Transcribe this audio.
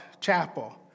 Chapel